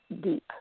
deep